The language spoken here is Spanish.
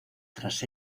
tras